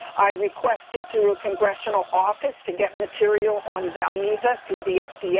i requested through a congressional office to get material on valneva through the fda, yeah